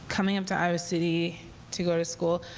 coming up to iowa city to go to school,